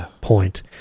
point